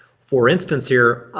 for instance here,